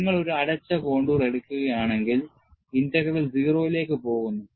നിങ്ങൾ ഒരു അടച്ച കോൺടൂർ എടുക്കുകയാണെങ്കിൽ ഇന്റഗ്രൽ 0 ലേക്ക് പോകുന്നു